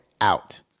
out